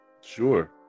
Sure